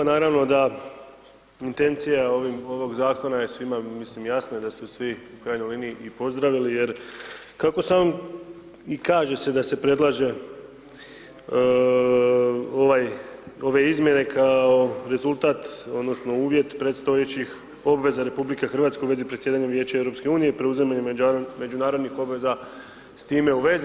Naravno da intencija ovog Zakona je svima, mislim jasno je da su svi u krajnjoj liniji i pozdravili jer kako se on i kaže se da se predlaže ovaj, ove izmjene kao rezultat odnosno uvjet predstojećih obveza RH u vezi predsjedanja Vijeća EU, preuzimanjem međunarodnih obveza s time u vezi.